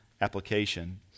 application